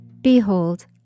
Behold